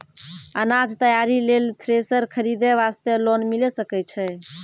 अनाज तैयारी लेल थ्रेसर खरीदे वास्ते लोन मिले सकय छै?